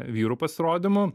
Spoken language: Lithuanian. vyrų pasirodymų